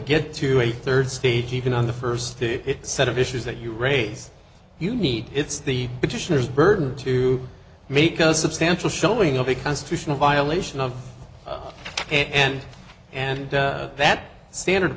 get to a third stage even on the first set of issues that you raise you need it's the petitioners burden to make a substantial showing of a constitutional violation of and and that standard